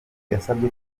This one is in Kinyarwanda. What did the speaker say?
yasabye